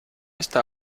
está